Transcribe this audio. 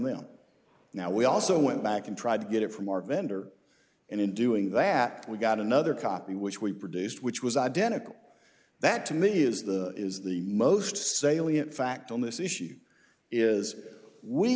them now we also went back and tried to get it from our vendor and in doing that we got another copy which we produced which was identical that to me is the is the most salient fact on this issue is we